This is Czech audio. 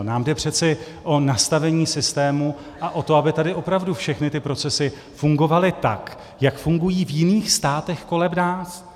Nám jde přece o nastavení systému a o to, aby tady opravdu všechny ty procesy fungovaly tak, jak fungují v jiných státech kolem nás.